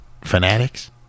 Fanatics